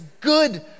good